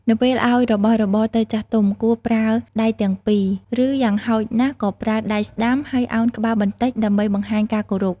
នៅពេលឲ្យរបស់របរទៅចាស់ទុំ គួរប្រើ ដៃទាំងពីរ ឬយ៉ាងហោចណាស់ក៏ប្រើ ដៃស្តាំ ហើយ ឱនក្បាលបន្តិច ដើម្បីបង្ហាញការគោរព។